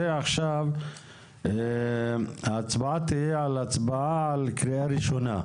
עכשיו ההצבעה תהיה הצבעה בקריאה ראשונה.